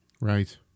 Right